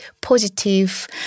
positive